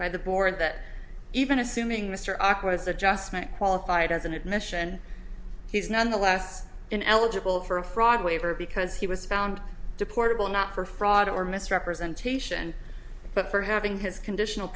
by the board that even assuming mr awkward is adjustment qualified as an admission he's nonetheless an eligible for a fraud waiver because he was found deportable not for fraud or misrepresentation but for having his conditional